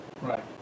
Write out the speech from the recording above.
right